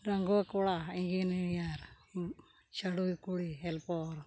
ᱰᱟᱺᱜᱩᱣᱟᱹ ᱠᱚᱲᱟ ᱤᱧᱡᱤᱱᱤᱭᱟᱨ ᱪᱷᱟᱹᱰᱩᱣᱤ ᱠᱩᱲᱤ ᱦᱮᱞᱯᱚᱨ